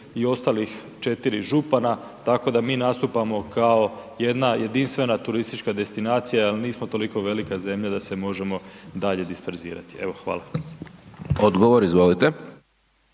i ostalih 4 župana, tako da mi nastupamo kao jedna jedinstvena turistička destinacija jer nismo toliko velika zemlja da se možemo dalje disperzirati. Evo, hvala. **Hajdaš Dončić,